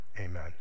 Amen